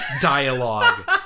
dialogue